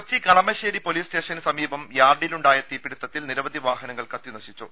Kochi Kalamassery police സ്റ്റേഷന് സമീപം യാർഡിലുണ്ടായ തീപിടുത്തിൽ നിരവധി വാഹനങ്ങൾ കത്തി നശിച്ചു